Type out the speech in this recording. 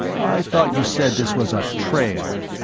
i thought you said this was a trail!